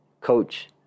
coach